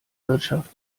wirtschaft